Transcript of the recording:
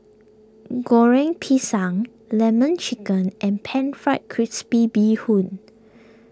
Goreng Pisang Lemon Chicken and Pan Fried Crispy Bee Hoon